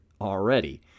already